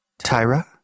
Tyra